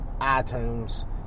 iTunes